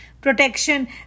protection